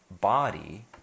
body